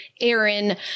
Aaron